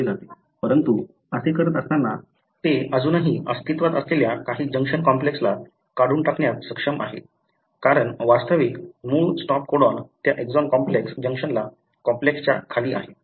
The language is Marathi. परंतु असे करत असताना ते अजूनही अस्तित्वात असलेल्या काही जंक्शन कॉम्प्लेक्सला काढून टाकण्यात अक्षम आहे कारण वास्तविक मूळ स्टॉप कोडॉन त्या एक्सॉन कॉम्प्लेक्स जंक्शनल कॉम्प्लेक्सच्या खाली आहे